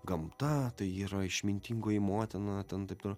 gamta tai yra išmintingoji motina ten taip toliau